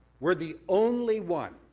we're the only one.